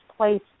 place